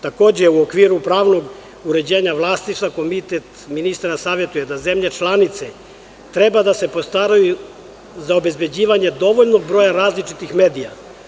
Takođe, u okviru pravnog uređenja vlasništva, Komitet ministara savetuje da zemlje članice treba da se postaraju za obezbeđivanje dovoljnog broja različitih medija.